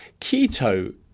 keto